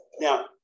Now